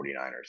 49ers